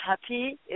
happy